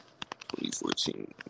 2014